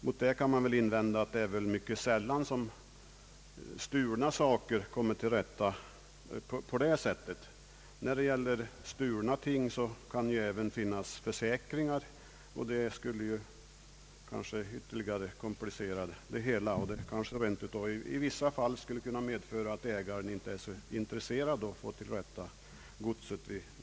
Mot detta kan väl invändas att stulna saker mycket sällan kommer till rätta på det sättet. När det gäller stulna ting kan det finnas försäkringar som täcker förlusterna. Det förhållandet skulle kunna ytterligare komplicera det hela och kanske rent av i något fall leda till att ägaren inte är så intresserad av att få tillbaka godset.